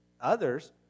others